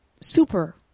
super